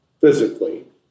physically